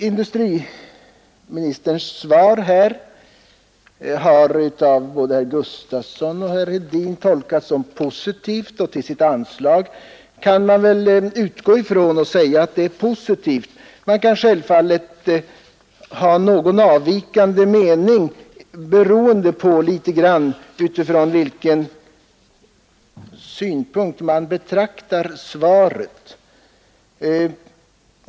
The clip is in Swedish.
Industriministerns svar har av både herr Gustavsson i Eskilstuna och herr Hedin tolkats som positivt, och till sitt anslag kan man väl säga att det är positivt. Men man kan även ha avvikande mening, litet grand beroende på från vilken utgångspunkt man betraktar svaret.